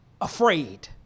afraid